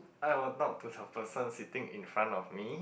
I will talk to the person sitting in front of me